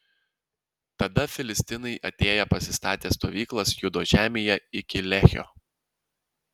tada filistinai atėję pasistatė stovyklas judo žemėje iki lehio